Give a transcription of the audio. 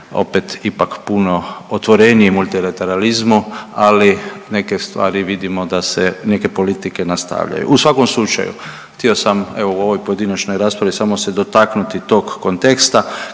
opet ipak puno otvoreniji multilateralizimu, ali neke stvari vidimo da se neke politike nastavljaju. U svakom slučaju htio sam evo u ovoj pojedinačnoj raspravi samo se dotaknuti tog konteksta,